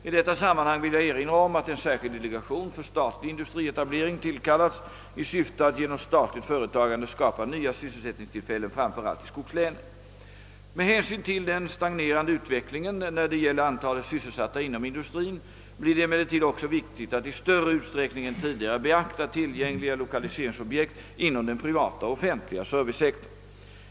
1 detta sammanhang vill jag erinra om att en särskild delegation för statlig industrietablering tillkallats i syfte att genom statligt företagande skapa nya Ssysselsättningstillfällen, framför allt i skogslänen. Med hänsyn till den stagnerande utvecklingen när det gäller antalet sysselsatta inom industrin blir det emellertid också viktigt att i större utsträckning än tidigare beakta tillgängliga 1okaliseringsobjekt inom den privata och offentliga servicesektorn.